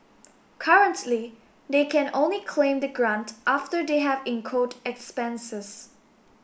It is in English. currently they can only claim the grant after they have incurred expenses